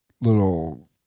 little